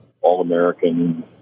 All-American